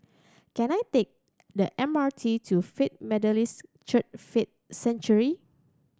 can I take the M R T to Faith Methodist Church Faith Sanctuary